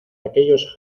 aquellos